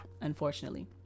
unfortunately